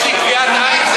יש לי טביעת עין.